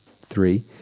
three